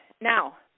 now